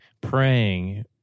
praying